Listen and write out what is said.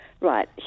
Right